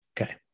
Okay